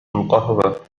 القهوة